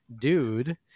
dude